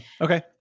Okay